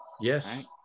Yes